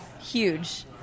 Huge